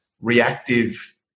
reactive